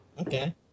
okay